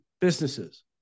businesses